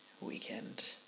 weekend